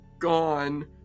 gone